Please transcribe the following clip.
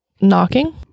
Knocking